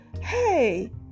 hey